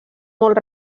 molt